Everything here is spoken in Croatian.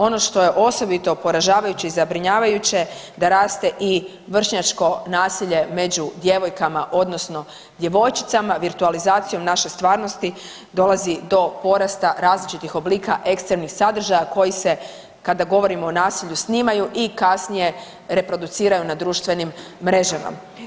Ono što je osobito poražavajuće i zabrinjavajuće da raste i vršnjačko nasilje među djevojkama odnosno djevojčicama, virtualizacijom naše stvarnosti dolazi do porasta različitih oblika ekstremnih sadržaja koji se kada govorimo o nasilju snimaju i kasnije reproduciraju na društvenim mrežama.